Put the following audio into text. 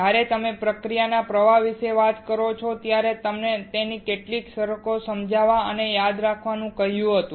જ્યારે તમે પ્રક્રિયાના પ્રવાહ વિશે વાત કરો ત્યારે મેં તમને કેટલીક શરતો સમજવા અને યાદ રાખવા કહ્યું હતું